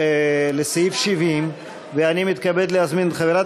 לסעיף 70. אני מתכבד להזמין את חברת